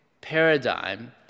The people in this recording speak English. paradigm